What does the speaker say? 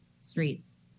streets